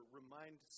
remind